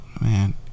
man